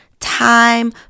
time